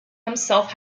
himself